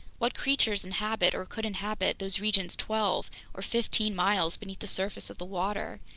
what creatures inhabit, or could inhabit, those regions twelve or fifteen miles beneath the surface of the water?